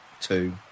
two